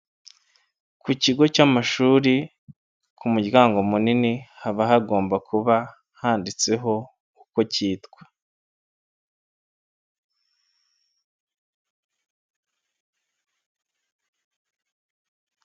Ku kigo cy'amashuri, ku muryango munini haba hagomba kuba handitseho, uko cyitwa.